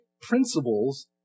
principles